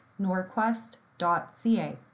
norquest.ca